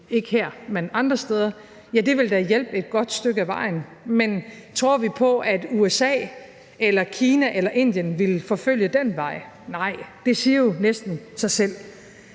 ikke her, men andre steder? Ja, det ville da hjælpe et godt stykke ad vejen, men tror vi på, at USA eller Kina eller Indien ville forfølge den vej? Nej, det siger jo næsten sig selv.